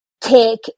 take